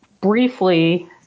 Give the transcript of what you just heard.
briefly